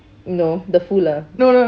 no the fool ah